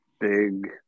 big